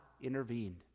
intervened